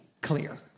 clear